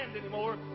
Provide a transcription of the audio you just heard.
anymore